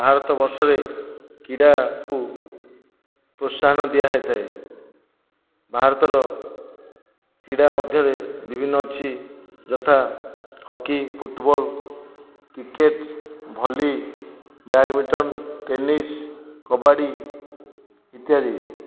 ଭାରତ ବର୍ଷରେ କ୍ରୀଡ଼ାକୁ ପ୍ରୋତ୍ସାହନ ଦିଆହେଇଥାଏ ଭାରତର କ୍ରୀଡ଼ା ମଧ୍ୟରେ ବିଭିନ୍ନ ଅଛି ଯଥା hockey football cricket volley badminton tennis kabaddi ଇତ୍ୟାଦି